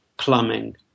plumbing